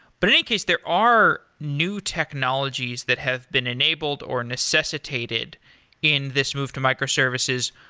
but in in case there are new technologies that have been enabled or necessitated in this move to microservices,